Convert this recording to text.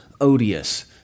odious